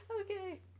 Okay